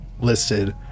Listed